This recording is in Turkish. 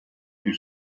bir